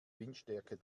windstärke